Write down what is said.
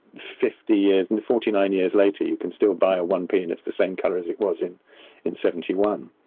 fifty years and forty nine years later, you can still buy a one p, and it's the same color as it was in in seventy one.